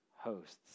hosts